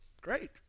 Great